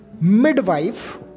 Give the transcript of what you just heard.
midwife